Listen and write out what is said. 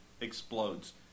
explodes